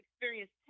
experience